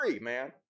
man